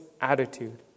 attitude